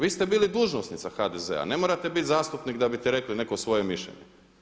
Vi ste bili dužnosnica HDZ-a, ne morate biti zastupnik da biste rekli neko svoje mišljenje.